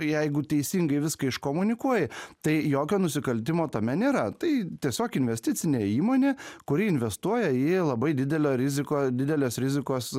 jeigu teisingai viską iškomunikuoji tai jokio nusikaltimo tame nėra tai tiesiog investicinė įmonė kuri investuoja į labai didelio riziko didelės rizikos